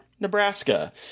Nebraska